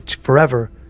forever